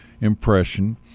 impression